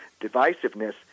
divisiveness